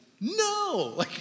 No